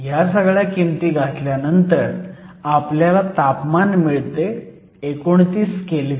ह्या सगळ्या किमती घातल्यानंतर आपल्याला तापमान मिळते 29 केल्व्हीन